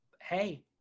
hey